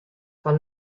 fan